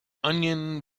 onion